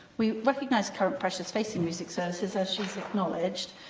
we recognise current pressures facing music services, as she's acknowledged,